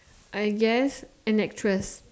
I guess an actress